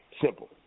Simple